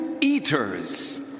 eaters